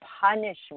punishment